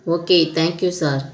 okay thank you sir